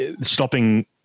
stopping